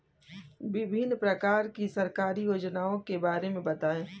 विभिन्न प्रकार की सरकारी योजनाओं के बारे में बताइए?